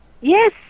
Yes